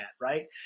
right